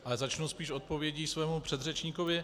Ale začnu spíš odpovědí svému předřečníkovi.